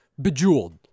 bejeweled